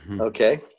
Okay